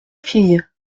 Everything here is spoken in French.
fille